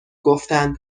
گفتند